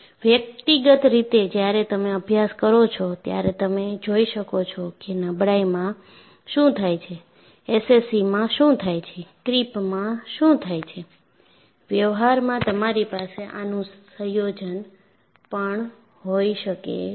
વ્યક્તિગત રીતે જ્યારે તમે અભ્યાસ કરો છો ત્યારે તમે જોઈ શકો છો કે નબળાઈમાં શું થાય છે એસસીસીમાં શું થાય છે ક્રીપમાં શું થાય છે વ્યવહારમાં તમારી પાસે આનું સંયોજન પણ હોઈ શકે છે